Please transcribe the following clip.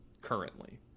currently